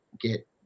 get